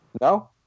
No